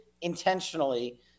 intentionally